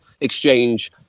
exchange